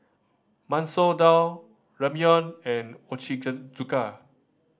Masoor Dal Ramyeon and Ochazuke